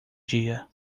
dia